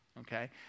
okay